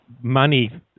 money